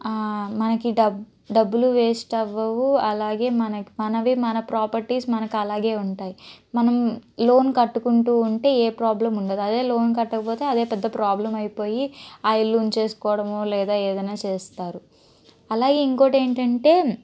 మనకి డబ్ డబ్బులు వేస్ట్ అవ్వవు అలాగే మనకి మనవి మన ప్రాపర్టీస్ మనకలాగే ఉంటాయి మనం లోన్ కట్టుకుంటూ ఉంటే ఏ ప్రాబ్లం ఉండదు అదే లోన్ కట్టకపోతే అదే పెద్ద ప్రాబ్లం అయిపోయి ఆ ఇల్లు ఉంచేసుకోవడం లేదా ఏదైనా చేస్తారు అలా ఇంకోటేంటంటే